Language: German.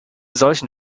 solchen